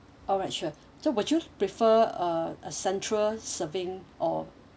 alright sure so would you prefer uh central serving or